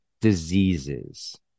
diseases